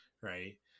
right